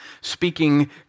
speaking